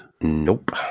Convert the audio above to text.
Nope